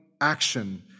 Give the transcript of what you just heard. action